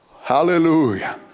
Hallelujah